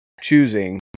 choosing